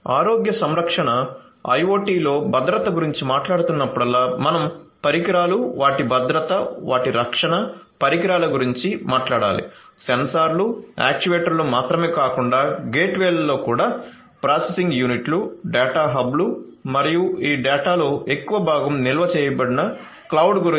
ఆరోగ్య సంరక్షణ IoT లో భద్రత గురించి మాట్లాడుతున్నప్పుడల్లా మనం పరికరాలు వాటి భద్రత వాటి రక్షణ పరికరాల గురించి మాట్లాడాలి సెన్సార్లు యాక్యుయేటర్లను మాత్రమే కాకుండా గేట్వేలలో కూడా ప్రాసెసింగ్ యూనిట్లు డేటా హబ్లు మరియు ఈ డేటా లో ఎక్కువ భాగం నిల్వ చేయబడిన క్లౌడ్ గురించి